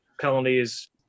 penalties